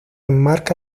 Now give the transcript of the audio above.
enmarca